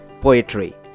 Poetry